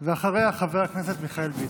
אחריה, חבר הכנסת מיכאל ביטון.